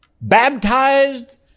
baptized